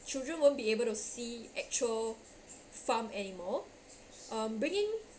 children won't be able to see actual farm animal um bringing